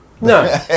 No